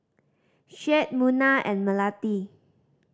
Syed Munah and Melati